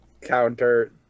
counter